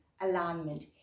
alignment